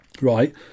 right